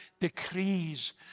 decrees